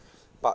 but